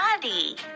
body